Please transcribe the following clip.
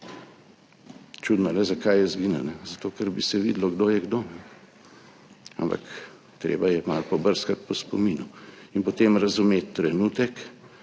Čudno, le zakaj je izginila? Zato ker bi se videlo, kdo je kdo. Ampak treba je malo pobrskati po spominu in potem razumeti trenutek,